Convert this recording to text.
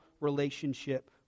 relationship